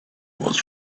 was